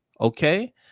Okay